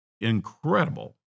incredible